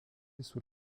sous